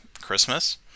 Christmas